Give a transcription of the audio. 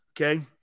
Okay